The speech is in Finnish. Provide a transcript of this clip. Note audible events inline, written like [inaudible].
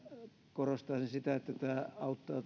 korostaisin sitä että tämä auttaa [unintelligible]